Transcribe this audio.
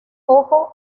ojo